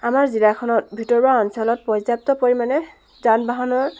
আমাৰ জিলাখত ভিতৰুৱা অঞ্চলত পৰ্যাপ্ত পৰিমাণে যান বাহনৰ